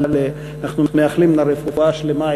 אבל אנחנו מאחלים לה רפואה שלמה,